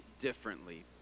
differently